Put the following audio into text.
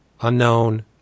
unknown